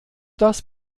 das